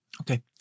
Okay